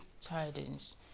tidings